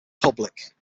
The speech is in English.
public